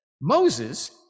Moses